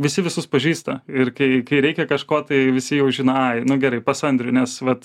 visi visus pažįsta ir kai reikia kažko tai visi jau žino ai nu gerai pas andrių nes vat